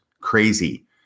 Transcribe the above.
crazy